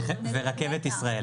ורכבת ישראל.